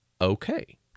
okay